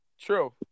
True